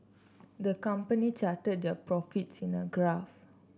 the company charted their profits in a graph